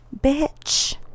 bitch